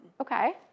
Okay